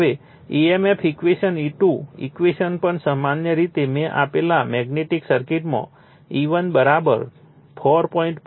હવે EMF equation E2 equations પણ સામાન્ય રીતે મેં આપેલા મેગ્નેટિક સર્કિટમાં E1 4